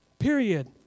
Period